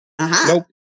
Nope